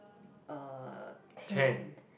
uh tent